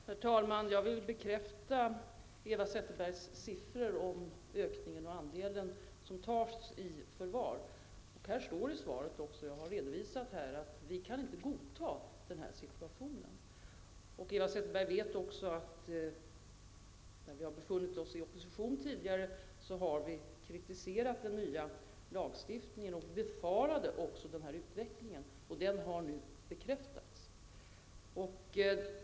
Herr talman! Jag vill bekräfta Eva Zetterbergs siffror om ökningen och andelen barn som tas i förvar. Jag har även redovisat i svaret att vi inte kan godta den här situationen. Eva Zetterberg vet också att vi, när vi befunnit oss i opposition tidigare, har kritiserat den nya lagstiftningen. Vi befarade också den här utveckligen, och den har nu bekräftats.